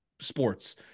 Sports